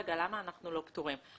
למה אנחנו לא פטורים?